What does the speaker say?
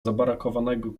zabrakowanego